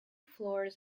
floors